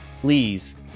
please